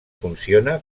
funciona